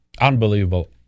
Unbelievable